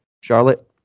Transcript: Charlotte